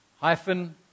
hyphen